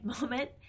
moment